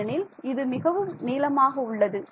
ஏனெனில் இது மிக நீளமாக உள்ளது